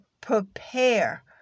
prepare